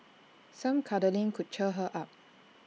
some cuddling could cheer her up